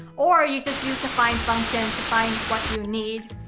or, you just use the find function to find what you need.